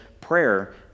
prayer